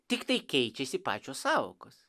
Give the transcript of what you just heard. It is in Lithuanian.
tiktai keičiasi pačios sąvokos